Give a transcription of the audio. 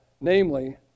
namely